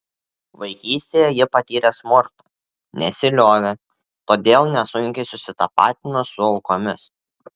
vaikystėje ji patyrė smurtą nesiliovė todėl nesunkiai susitapatino su aukomis